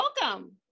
Welcome